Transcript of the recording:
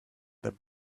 their